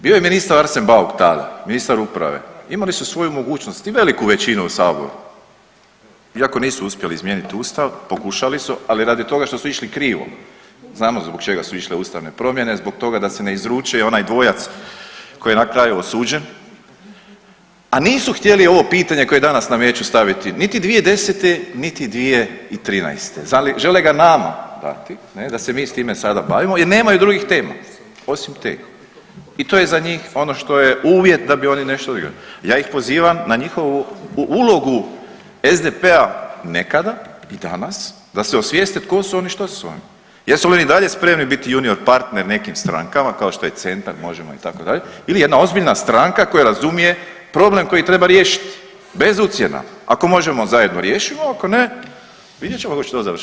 Bio je ministar Arsen Bauk tada, ministar uprave, imali su svoju mogućnost i veliku većinu u saboru, iako nisu uspjeli izmijenit ustav, pokušali su, ali radi toga što su išli krivo, znamo zbog čega su išle ustavne promjene, zbog toga da se ne izruči onaj dvojac koji je na kraju osuđen, a nisu htjeli ovo pitanje koje danas nameću staviti niti 2010., niti 2013., žele ga nama dati ne, da se mi s time sada bavimo jer nemaju drugih tema osim te i to je za njih ono što je uvjet da bi oni nešto … [[Govornik se ne razumije]] Ja ih pozivam na njihovu, u ulogu SDP-a nekada i danas da se osvijeste tko su oni i što su oni, jesu li oni i dalje spremni biti junior partner nekim strankama kao što je Centar, Možemo! itd. ili jedna ozbiljna stranka koja razumije problem koji treba riješiti bez ucjena, ako možemo zajedno riješimo, ako ne vidjet ćemo kako će to završit.